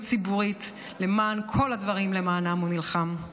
ציבורית למען כל הדברים שלמענם הוא נלחם.